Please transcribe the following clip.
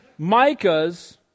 Micahs